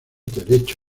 derecho